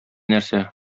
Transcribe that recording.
нәрсә